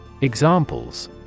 Examples